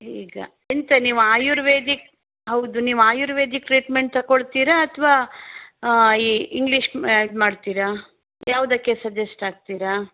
ಈಗ ಎಂತ ನೀವು ಆಯುರ್ವೇದಿಕ್ ಹೌದು ನೀವು ಆಯುರ್ವೇದಿಕ್ ಟ್ರೀಟ್ಮೆಂಟ್ ತಕೊಳ್ತೀರ ಅಥವಾ ಈ ಇಂಗ್ಲೀಷ್ ಇದು ಮಾಡ್ತೀರಾ ಯಾವುದಕ್ಕೆ ಸಜೆಸ್ಟ್ ಆಗ್ತೀರಾ